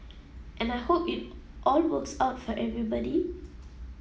and I hope it all works out for everybody